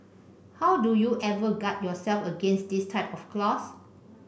how do you ever guard yourself against this type of clause